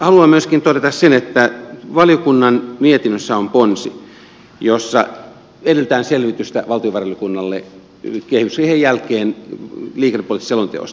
haluan myöskin todeta sen että valiokunnan mietinnössä on ponsi jossa edellytetään selvitystä valtiovarainvaliokunnalle kehysriihen jälkeen liikennepoliittisesta selonteosta